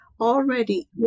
already